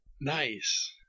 Nice